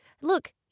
Look